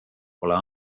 pole